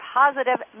positive